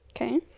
okay